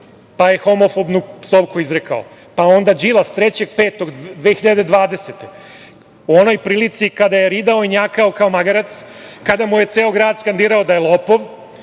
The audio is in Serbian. pa je homofobnu psovku izrekao. Onda 3. 5. 2020. godine u onoj prilici kada je ridao i njakao kao magarac, kada mu je ceo grad skandirao da je lopov,